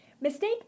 Mistake